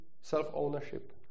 self-ownership